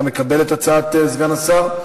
אתה מקבל את הצעת סגן השר?